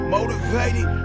Motivated